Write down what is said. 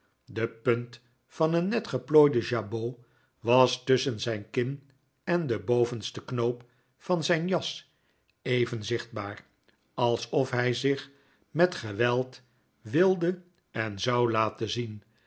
de punt van een net geplooiden jabot was tusschen zijn kin en den bovensten knoop van zijn jas even zichtbaar alsof hij zich met geweld wilde en zou laten zien